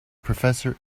professor